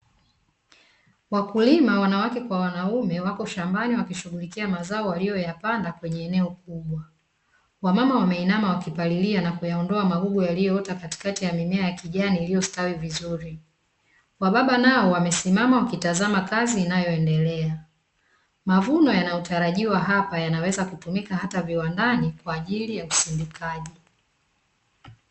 Wakulima wanawake kwa wanaume wako shambani wakishughulikia mazao waliyoyapanda kwenye eneo kubwa, wamama wameinama wakipalilia na kuyaondoa magugu yaliyoota katikati ya mimea ya kijani iliyostawi vizuri, wababa nao wamesimama wakitazama kazi inayoendelea mavuno yanayotarajiwa hapa yanaweza kutumika hata viwandani kwa ajili ya usindikaji.